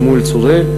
שמואל צוראל,